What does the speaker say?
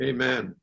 Amen